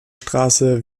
straße